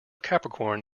capricorn